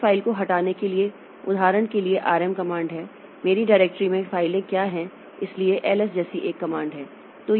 एक फ़ाइल को हटाने के लिए उदाहरण के लिए कमांड आरएम है मेरी डायरेक्टरी में फाइलें क्या हैं इसलिए एलएस जैसी एक कमांड है